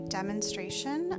demonstration